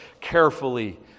carefully